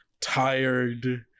tired